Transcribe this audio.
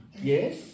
yes